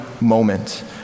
moment